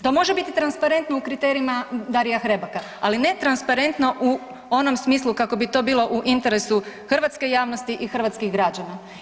To može biti transparentno u kriterijima Darija Hrebaka, ali ne transparentno u onom smislu kako bi to bilo u interesu hrvatske javnosti i hrvatskih građana.